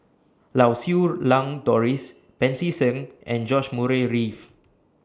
Lau Siew Lang Doris Pancy Seng and George Murray Reith